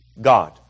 God